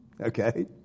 Okay